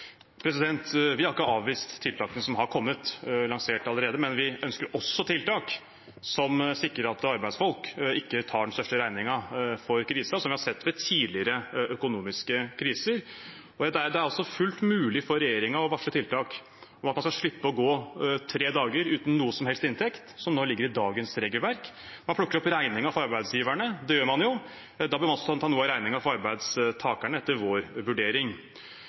Vi har ikke avvist tiltakene som har blitt lansert allerede, men vi ønsker også tiltak som sikrer at arbeidsfolk ikke tar den største regningen for krisen, som vi har sett ved tidligere økonomiske kriser. Det er fullt mulig for regjeringen å varsle tiltak om at man skal slippe å gå tre dager uten noen inntekt, som ligger i dagens regelverk. Man plukker opp regningen for arbeidsgiverne – det gjør man jo – og da bør man også ta noe av regningen for arbeidstakerne, etter vår vurdering.